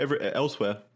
elsewhere